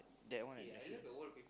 that one